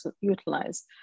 utilize